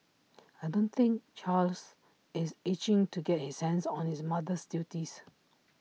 I don't think Charles is itching to get his hands on his mother's duties